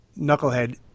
Knucklehead